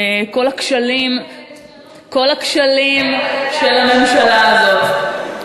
כל הכשלים של הממשלה הזאת.